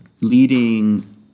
leading